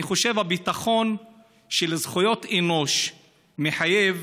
אני חושב שהביטחון של זכויות אנוש מחייב